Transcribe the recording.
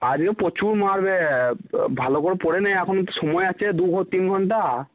আজকে প্রচুর মারবে ভালো করে পড়ে নে এখন তো সময় আছে দু তিন ঘন্টা